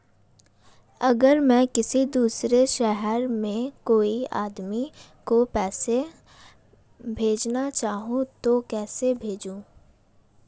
अगर मैं किसी दूसरे शहर में कोई आदमी को पैसे भेजना चाहूँ तो कैसे भेजूँ?